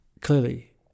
Clearly